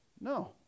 no